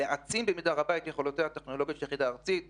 ולהעצים במידה רבה את יכולותיה הטכנולוגיות של היחידה הארצית במשטרה,